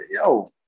yo